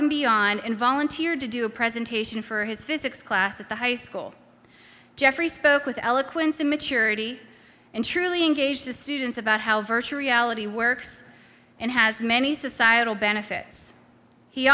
and beyond and volunteered to do a presentation for his physics class at the high school jeffrey spoke with eloquence and maturity and truly engage the students about how virtual reality works and has many societal benefits he